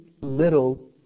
little